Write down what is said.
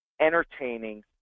entertaining